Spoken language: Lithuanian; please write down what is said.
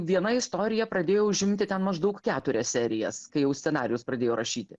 viena istorija pradėjo užimti ten maždaug keturias serijas kai jau scenarijus pradėjo rašyti